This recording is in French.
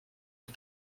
que